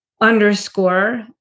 underscore